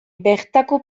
bertako